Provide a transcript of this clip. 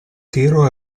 tiro